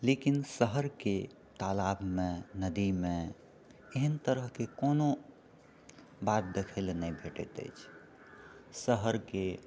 लेकिन शहरके तालाबमे नदीमे एहन तरहके कोनो बात देखय लेल नहि भेटैत अछि शहरके